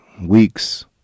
weeks